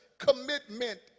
commitment